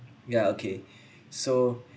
ya okay so